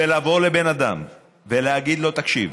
ולבוא לבן אדם ולהגיד לו: תקשיב,